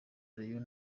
rayon